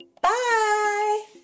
Bye